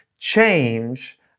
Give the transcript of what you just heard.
change